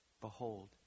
behold